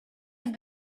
have